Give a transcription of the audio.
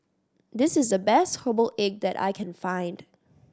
this is the best herbal egg that I can find